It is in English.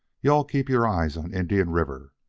you-all keep your eyes on indian river.